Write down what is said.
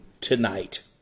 tonight